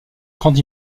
grande